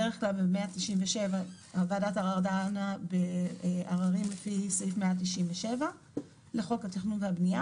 בדרך כלל וועדת הערער דנה בערערים לפי סעיף 197 לחוק התכנון והבנייה.